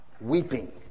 weeping